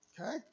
okay